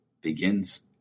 begins